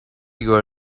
your